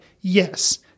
yes